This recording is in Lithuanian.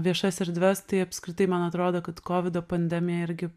viešas erdves tai apskritai man atrodo kad kovido pandemija irgi